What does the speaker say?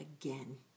again